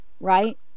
right